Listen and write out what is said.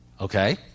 okay